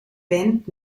band